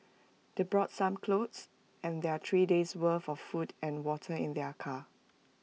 they brought some clothes and their three days' worth for food and water in their car